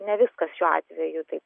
ne viskas šiuo atveju taip